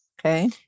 Okay